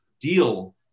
deal